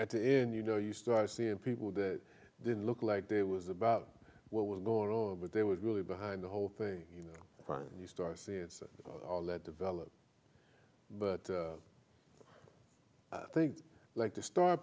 at the end you know you started seeing people that didn't look like they was about what was going on but there was really behind the whole thing you know you start to see it's all that developed but i think like the star